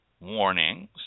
warnings